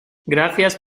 gracias